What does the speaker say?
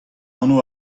anv